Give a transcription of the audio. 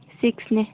ꯁꯤꯛꯁꯅꯦ